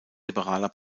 liberaler